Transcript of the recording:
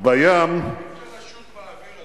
איך אפשר לשוט באוויר,